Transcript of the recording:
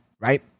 right